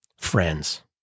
Friends